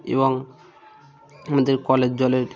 এবং আমাদের কলের জলের